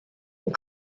and